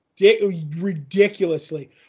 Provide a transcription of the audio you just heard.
Ridiculously